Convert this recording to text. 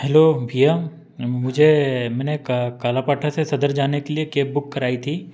hello भैया मुझे मैंने क कालापाठा से सदर जाने के लिए केब बुक कराई थी